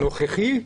הנוכחי?